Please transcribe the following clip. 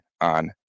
on